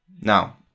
Now